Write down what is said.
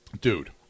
Dude